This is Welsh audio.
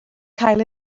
cael